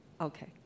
Okay